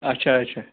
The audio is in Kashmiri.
اَچھا اَچھا